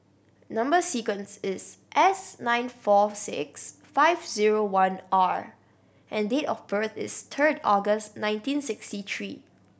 number sequence is S nine four six five zero one R and date of birth is third August nineteen sixty three